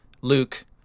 Luke